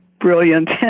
Brilliant